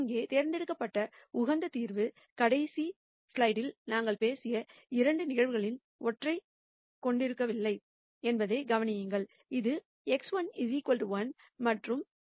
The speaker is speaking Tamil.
இங்கே தேர்ந்தெடுக்கப்பட்ட உகந்த தீர்வு கடைசி ஸ்லைடில் நாங்கள் பேசிய 2 நிகழ்வுகளில் ஒன்றைக் கொண்டிருக்கவில்லை என்பதைக் கவனியுங்கள் இது x1 1 மற்றும் x1 0